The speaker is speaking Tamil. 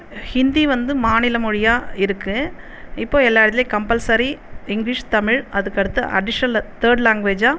ஹிந்தி வந்து மாநில மொழியாக இருக்குது இப்போது எல்லா இடத்திலையும் கம்பல்சரி இங்கிலீஷ் தமிழ் அதுக்கு அடுத்து அடிஷ்னல் தேர்ட்டு லாங்குவேஜாக